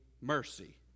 mercy